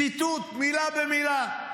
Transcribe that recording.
ציטוט, מילה במילה.